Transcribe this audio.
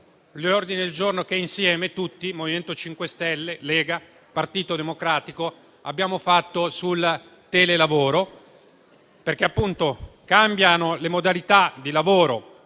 gli ordini il giorno che tutti insieme, MoVimento 5 Stelle, Lega e Partito Democratico, abbiamo fatto sul telelavoro, perché appunto cambiano le modalità di lavoro,